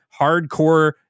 hardcore